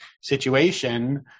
situation